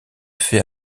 fait